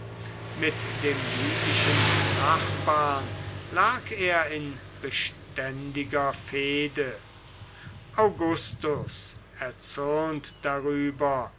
mit dem jüdischen nachbarn lag er in beständiger fehde augustus erzürnt darüber